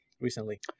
recently